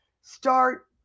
start